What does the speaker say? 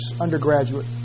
undergraduate